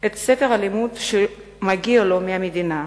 את ספר הלימוד שמגיע לו מהמדינה,